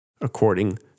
according